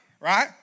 right